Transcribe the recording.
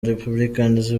républicains